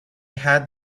had